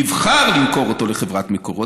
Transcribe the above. יבחר למכור אותו לחברת מקורות,